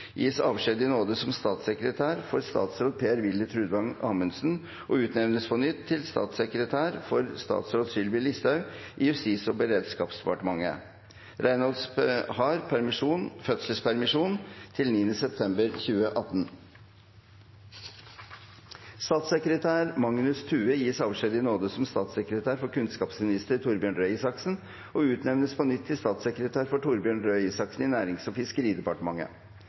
gis avskjed i nåde som statssekretær for statsråd Per-Willy Trudvang Amundsen og utnevnes på nytt til statssekretær for statsråd Sylvi Listhaug i Justis- og beredskapsdepartementet. Reynolds har fødselspermisjon til 9. september 2018. Statssekretær Magnus Thue gis avskjed i nåde som statssekretær for kunnskapsminister Torbjørn Røe Isaksen og utnevnes på nytt til statssekretær for Torbjørn Røe Isaksen i Nærings- og fiskeridepartementet.